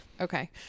Okay